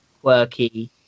quirky